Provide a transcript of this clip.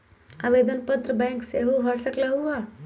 आवेदन पत्र बैंक सेहु भर सकलु ह?